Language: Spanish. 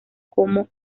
como